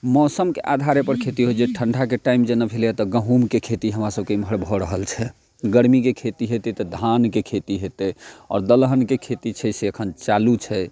मौसमके आधार पर खेती होयत छै ठण्डाके टाइम जेना भेलैया तऽ गहुँमके खेती हमरा सबकेँ इमहर भऽ रहल छै गर्मीके खेती होयतै तऽ धानके खेती होयतै आओर दलहन खेती छै से एखन चालू छै